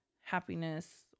happiness